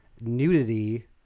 nudity